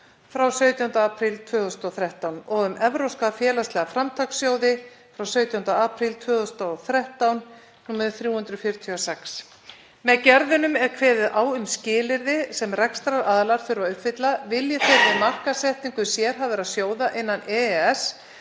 frá 17. apríl 2013, og um evrópska félagslega framtakssjóði frá 17. apríl 2013, nr. 346/2013. Með gerðunum er kveðið á um skilyrði sem rekstraraðilar þurfa að uppfylla vilji þeir við markaðssetningu sérhæfðra sjóða innan EES